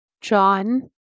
John